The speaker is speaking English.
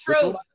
True